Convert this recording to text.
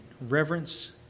reverence